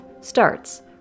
starts